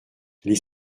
les